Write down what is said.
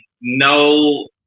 no